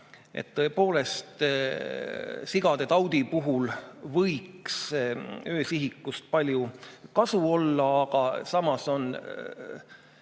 võiks sigade taudi puhul öösihikust palju kasu olla, aga samas on